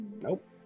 Nope